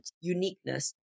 uniqueness